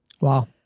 Wow